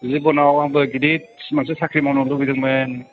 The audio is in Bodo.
जिबनआव आंबो गिदिर सिमांसो साख्रि मावनो लुबैदोंमोन